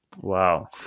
Wow